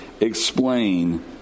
explain